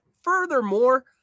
furthermore